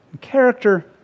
Character